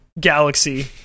galaxy